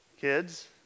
Kids